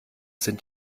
sind